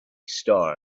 star